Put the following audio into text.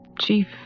chief